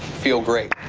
feel great.